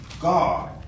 God